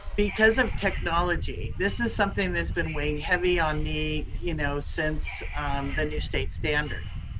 because of technology, this is something that's been weighing heavy on me, you know since the new state standards,